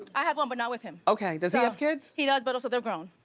i have one but not with him. okay, does he have kids? he does but also they're grown,